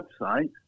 website